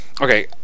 Okay